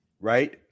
right